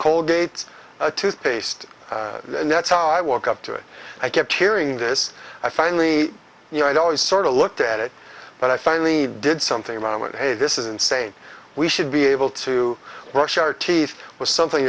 colgate toothpaste and that's how i woke up to it i kept hearing this i finally you know i'd always sort of looked at it but i finally did something a moment hey this is insane we should be able to wash our teeth with something